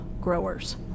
growers